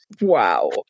Wow